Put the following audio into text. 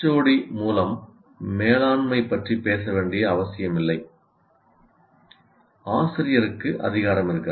D மூலம் மேலாண்மை பற்றி பேச வேண்டிய அவசியமில்லை ஆசிரியருக்கு அதிகாரம் இருக்கிறது